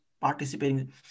participating